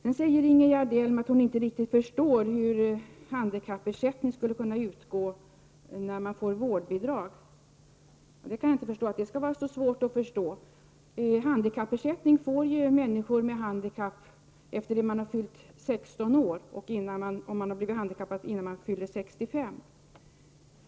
Sedan säger Ingegerd Elm att hon inte riktigt förstår hur handikappersättning skall kunna utgå till den som får vårdbidrag. Jag kan inte inse varför det är så svårt att förstå. Handikappersättning får människor med handikapp efter det att de fyllt 16 år och de som blivit handikappade innan de fyllt 65 år.